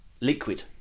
liquid